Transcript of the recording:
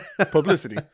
Publicity